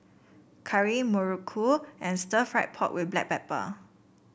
curry muruku and stir fry pork with Black Pepper